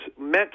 meant